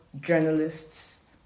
journalists